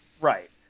Right